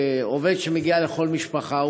עובד שמגיע לכל משפחה,